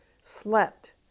slept